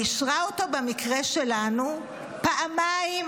היא אישרה אותו במקרה שלנו פעמיים.